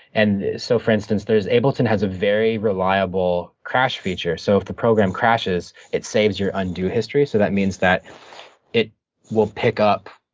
and so for instance, ableton has a very reliable crash feature. so if the program crashes, it saves your undo history. so that means that it will pick up,